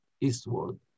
eastward